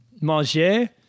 Manger